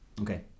Okay